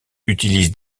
utilisent